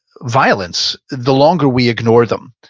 violence the longer we ignore them.